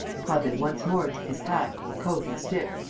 prasville once more took his hat, coat and stick,